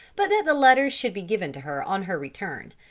but that the letter should be given to her on her return.